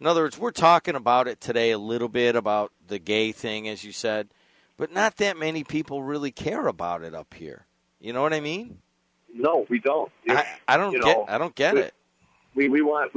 in other words we're talking about it today a little bit about the gay thing as you said but not that many people really care about it up here you know what i mean you know we don't i don't you know i don't get it we want we